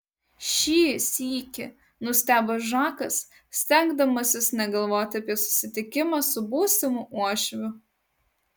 šį sykį nustebo žakas stengdamasis negalvoti apie susitikimą su būsimu uošviu